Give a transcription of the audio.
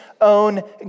own